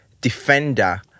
defender